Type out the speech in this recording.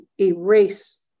erase